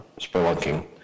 spelunking